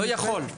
לא יכול.